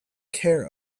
care